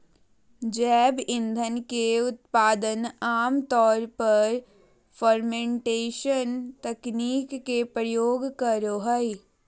जैव ईंधन के उत्पादन आम तौर पर फ़र्मेंटेशन तकनीक के प्रयोग करो हइ